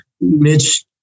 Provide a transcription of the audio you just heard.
Mitch